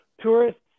tourists